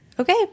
okay